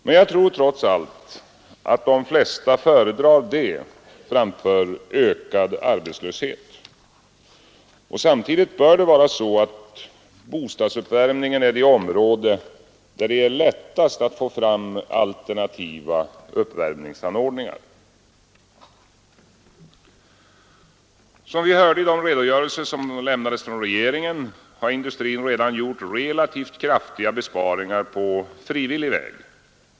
Men jag tror, trots allt, att de flesta föredrar detta framför ökad arbetslöshet. Samtidigt bör det vara så att bostadsuppvärmningen är det område, där det är lättast att få fram alternativa uppvärmningsanordningar. Som vi hörde av den redogörelse som lämnades från regeringen har industrin redan gjort relativt kraftiga besparingar på frivillig väg.